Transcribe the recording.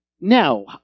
Now